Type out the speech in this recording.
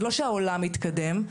זה לא שהעולם מתקדם,